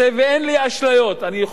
אני חושב שזה לא ייעשה,